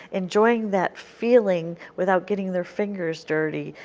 enjoying that feeling without getting their fingers dirty.